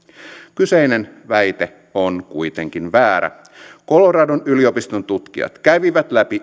kyseinen väite on kuitenkin väärä coloradon yliopiston tutkijat kävivät läpi